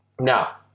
Now